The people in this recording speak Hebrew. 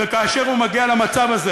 וכאשר הוא מגיע למצב הזה